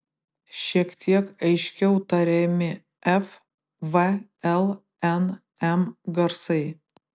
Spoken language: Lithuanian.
šiek tiek aiškiau tariami f v l n m garsai